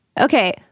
Okay